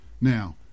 Now